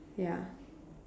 ya